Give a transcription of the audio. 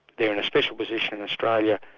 they're in a special position in australia,